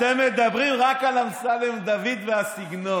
בגלל שאתם מדברים רק על אמסלם דוד והסגנון.